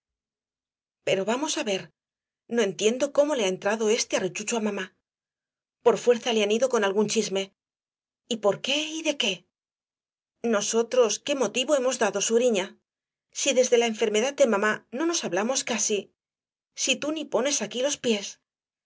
pero vamos á ver no entiendo cómo le ha entrado ese arrechucho á mamá por fuerza le han ido con algún chisme y por qué y de qué nosotros qué motivo hemos dado suriña si desde la enfermedad de mamá no nos hablamos casi si tú ni pones aquí los piés